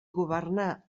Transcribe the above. governà